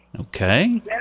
Okay